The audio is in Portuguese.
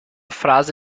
frase